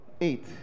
eight